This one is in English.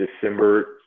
December